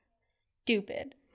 stupid